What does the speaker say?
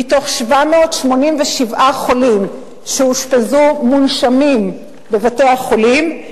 מתוך 787 חולים שאושפזו מונשמים בבתי-החולים,